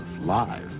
live